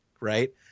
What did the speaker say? right